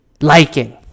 liking